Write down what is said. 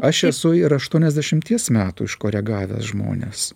aš esu ir aštuoniasdešimties metų iškoregavęs žmones